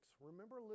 remember